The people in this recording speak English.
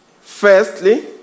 Firstly